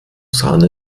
sahne